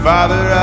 Father